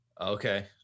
Okay